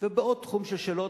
ובעוד תחום של שאלות.